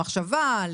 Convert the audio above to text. למחשבה,